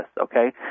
okay